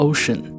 Ocean